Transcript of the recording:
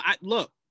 look